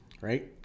right